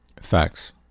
Facts